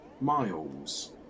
miles